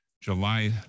July